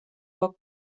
poc